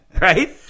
right